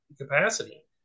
capacity